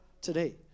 today